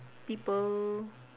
people